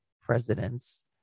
Presidents